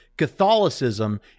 Catholicism